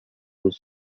his